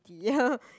ya